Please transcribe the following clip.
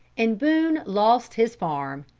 and boone lost his farm.